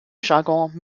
jargon